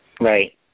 Right